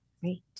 Great